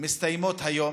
מסתיים היום,